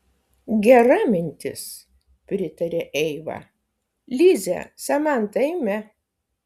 gera mintis pritarė eiva lize samanta eime